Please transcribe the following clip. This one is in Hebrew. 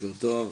בוקר טוב.